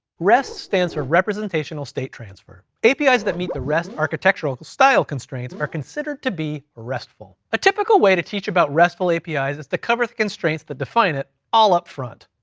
rest stands for representational state transfer. apis that meet the rest architectural style constraints are considered to be restful. a typical way to teach about restful api's is to cover the constraints that define it all up front.